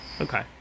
Okay